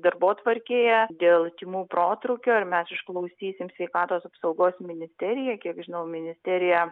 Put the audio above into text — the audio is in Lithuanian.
darbotvarkėje dėl tymų protrūkio ir mes išklausysim sveikatos apsaugos ministeriją kiek žinau ministerija